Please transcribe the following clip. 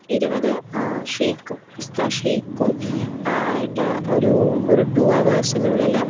ഇരുപത് ഷെയ്ക്കും പിസ്താ ഷെയ്ക്കും ആയിട്ട് ഒരു ഒരു റ്റൂ ഹവേഴ്സിന് ഉള്ളിൽ